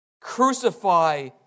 Crucify